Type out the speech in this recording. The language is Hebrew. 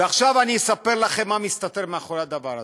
ועכשיו אני אספר לכם מה מסתתר מאחורי הדבר הזה.